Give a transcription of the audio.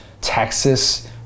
Texas